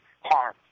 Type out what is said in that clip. harm